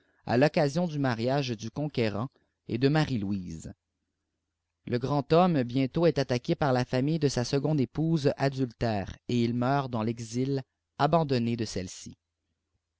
à l'occasion du mariage ilu conquérant et de marielouise le grand hointùe bientôt éèt atta ué par la famille de sa secondé éj ouse adultère et il meurt dans l'exil abandonné de celle-ci